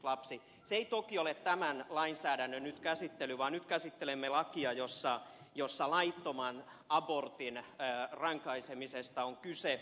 se ei toki ole tämän lainsäädännön käsittelyä nyt vaan nyt käsittelemme lakia jossa laittoman abortin rankaisemisesta on kyse